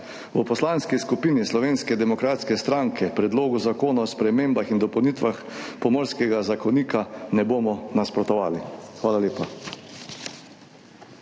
V Poslanski skupini Slovenske demokratske stranke Predlogu zakona o spremembah in dopolnitvah Pomorskega zakonika ne bomo nasprotovali. Hvala lepa.